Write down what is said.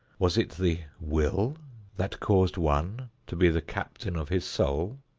was it the will that caused one to be the captain of his soul?